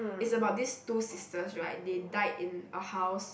it's about these two sisters right they died in a house